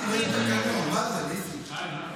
מה זה, ניסים?